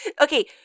okay